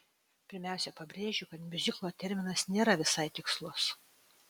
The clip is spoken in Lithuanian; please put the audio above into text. pirmiausia pabrėžiu kad miuziklo terminas nėra visai tikslus